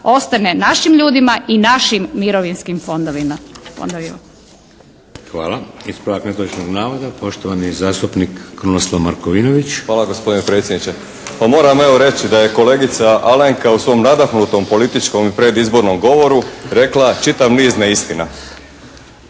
ostane našim ljudima i našim mirovinskim fondovima.